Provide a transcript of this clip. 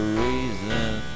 reason